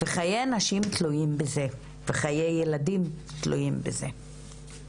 וחיי נשים תלויים בזה, וחיי ילדים תלויים בזה.